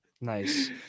Nice